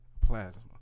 plasma